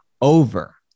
over